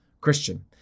Christian